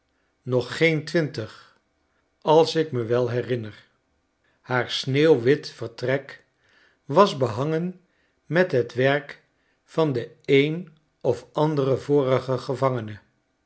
jongmeisjejnoggeen twintig als ik me wel herinner haar sneeuwwit vertrek was behangen met het werk van den een of anderen vorigen gevangene